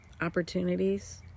opportunities